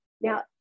Now